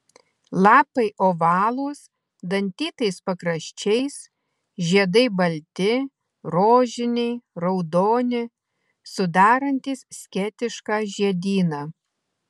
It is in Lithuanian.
lapai ovalūs dantytais pakraščiais žiedai balti rožiniai raudoni sudarantys skėtišką žiedyną